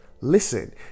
Listen